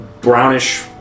brownish